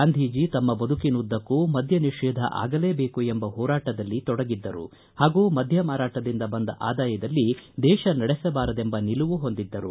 ಗಾಂಧೀಜಿ ತಮ್ಮ ಬದುಕಿನುದ್ದಕ್ಕೂ ಮದ್ದ ನಿಷೇಧ ಆಗಲೇಬೇಕು ಎಂಬ ಹೋರಾಟದಲ್ಲಿ ತೊಡಗಿದ್ದರು ಹಾಗೂ ಮದ್ದ ಮಾರಾಟದಿಂದ ಬಂದ ಆದಾಯದಲ್ಲಿ ದೇಶ ನಡೆಸಬಾರದೆಂಬ ನಿಲುವು ಹೊಂದಿದ್ದರು